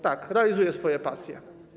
Tak, realizuje swoje pasje.